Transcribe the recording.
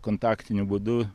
kontaktiniu būdu